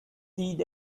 did